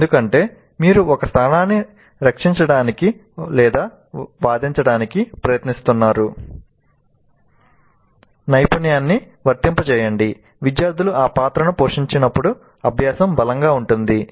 ఎందుకంటే మీరు ఒక స్థానాన్ని రక్షించడానికి వాదించడానికి ప్రయత్నిస్తున్నారు నైపుణ్యాన్ని వర్తింపజేయండి విద్యార్థులు ఆ పాత్రను పోషించినప్పుడు అభ్యాసం బలంగా ఉంటుంది